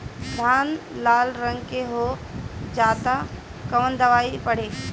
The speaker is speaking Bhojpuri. धान लाल रंग के हो जाता कवन दवाई पढ़े?